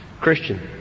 Christian